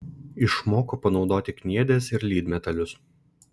išmoko panaudoti kniedes ir lydmetalius